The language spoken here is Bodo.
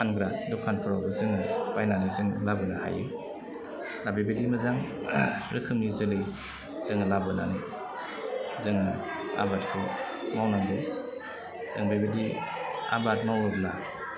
फानग्रा दखानफ्राव जोङो बायनानै जों लाबोनो हायो दा बेबायदि मोजां रोखोमनि जोलै जोङो लाबोनानै जों आबादखौ मावनांगौ जों बेबायदि आबाद मावोब्ला